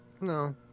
no